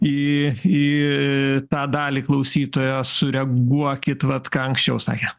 į į tą dalį klausytojo sureaguokit vat ką anksčiau sakė